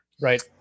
Right